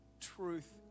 truth